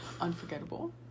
Unforgettable